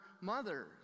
mothers